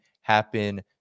happen